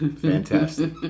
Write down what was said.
Fantastic